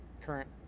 current